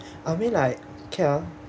I mean like